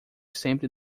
sempre